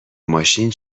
ماشین